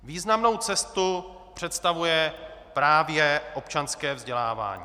Významnou cestu představuje právě občanské vzdělávání.